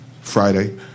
Friday